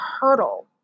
hurdle